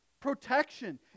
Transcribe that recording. protection